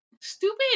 stupid